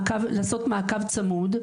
לעשות מעקב צמוד,